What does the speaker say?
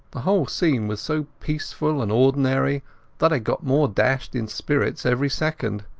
the whole scene was so peaceful and ordinary that i got more dashed in spirits every second.